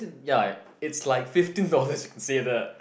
ya it's like fifteen dollars consider